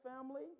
family